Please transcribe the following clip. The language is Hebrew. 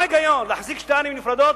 מה ההיגיון להחזיק שתי ערים נפרדות,